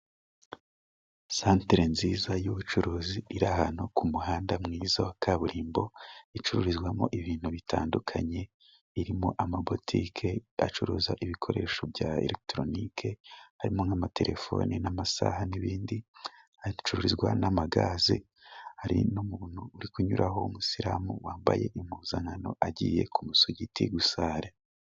Santre nziza y'ubucuruzi iri ahantu ku muhanda mwiza wa kaburimbo icururizwamo ibintu bitandukanye, birimo amabutike acuruza ibikoresho bya elegitoronike, harimo nk'amatelefone n'amasaha n'ibindi, hacururizwa n'amagaze. Hari n'umuntu uri kunyuraho w'umusilamu wambaye impuzankano, agiye ku musigiti gusari.